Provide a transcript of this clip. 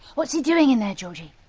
what's he doing in there, georgie?